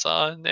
on